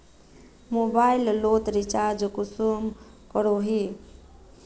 Mobile लोत recharge कुंसम करोही?